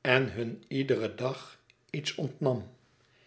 en hun iederen dag iets